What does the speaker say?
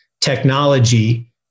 technology